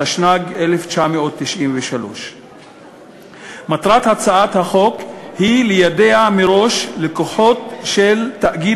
התשנ"ג 1993. מטרת הצעת החוק היא ליידע מראש לקוחות של תאגיד